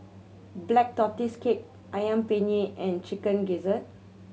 Black Tortoise Cake Ayam Penyet and Chicken Gizzard